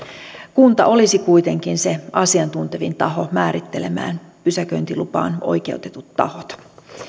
kunta olisi kuitenkin se asiantuntevin taho määrittelemään pysäköintilupaan oikeutetut tahot